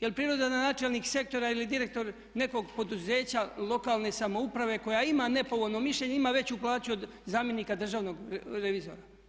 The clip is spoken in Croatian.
Je li prirodno da načelnik sektora ili direktor nekog poduzeća lokalne samouprave koja ima nepovoljno mišljenje ima veću plaću od zamjenika državnog revizora?